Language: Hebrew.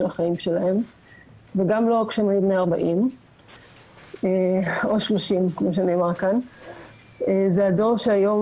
החיים שלהם וגם לא כשהם היו בני 40 או 30. זה הדור שהיום